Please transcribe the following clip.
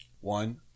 One